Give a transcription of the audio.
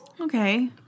okay